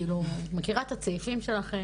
כאילו מכירה את הצעיפים שלכם,